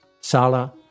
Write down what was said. Sala